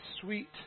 sweet